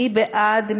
מי בעד?